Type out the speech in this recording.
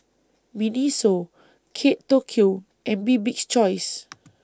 Miniso Kate Tokyo and Bibik's Choice